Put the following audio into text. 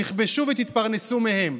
תכבשו ותתפרנסו מהם.